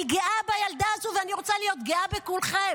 אני גאה בילדה הזאת, ואני רוצה להיות גאה בכולכם.